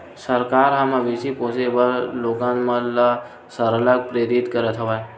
सरकार ह मवेशी पोसे बर लोगन मन ल सरलग प्रेरित करत हवय